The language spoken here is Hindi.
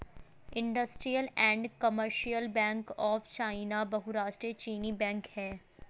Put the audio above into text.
industrial and commercial bank of China बहुराष्ट्रीय चीनी बैंक है